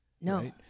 No